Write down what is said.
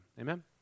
Amen